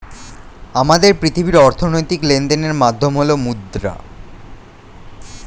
আমাদের পৃথিবীর অর্থনৈতিক লেনদেনের মাধ্যম হল মুদ্রা